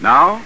Now